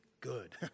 good